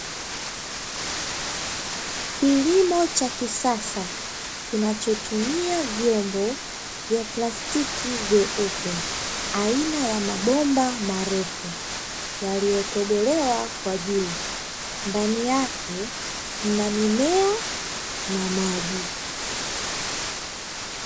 Kilimo cha kisasa kinachotumia vyombo vya plastiki vyeupe, aina ya mabomba marefu yaliyotobolewa kwa juu. Ndani yake mna mimea na maji.